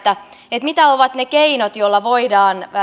siitä mitkä ovat ne keinot joilla voidaan